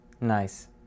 Nice